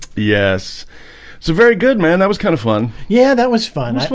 yes it's a very good man. that was kind of fun. yeah. that was fun.